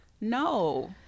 No